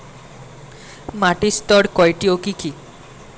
মাটির স্তর কয়টি ও কি কি?